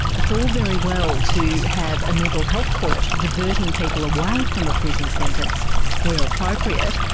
it's all very well to have a mental health court diverting people away from a prison sentence where appropriate,